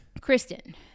Kristen